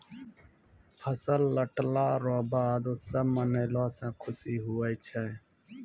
फसल लटला रो बाद उत्सव मनैलो से खुशी हुवै छै